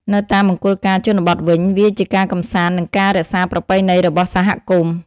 នៅតាមមង្គលការជនបទវិញ វាជាការកម្សាន្តនិងការរក្សាប្រពៃណីរបស់សហគមន៍។